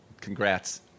congrats